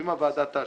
ואם הוועדה תאשר,